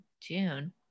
june